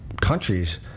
countries